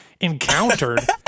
encountered